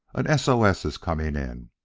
an s. o. s. is coming in.